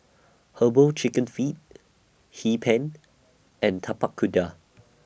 Herbal Chicken Feet Hee Pan and Tapak Kuda